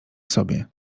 sobie